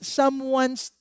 someone's